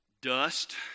Dust